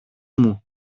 μου